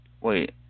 Wait